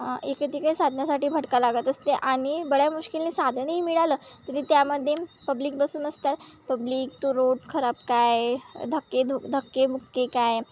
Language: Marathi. एकतिक साधण्यासाठी भटका लागत असते आणि बड्या मुश्किलने साधनही मिळालं तरी त्यामध्ये पब्लिक बसून असतात पब्लिक तो रोड खराब काय धक्के धु धक्के बुक्के काय